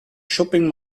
shopping